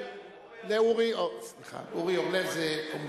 אורי אריאל.